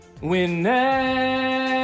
whenever